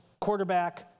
quarterback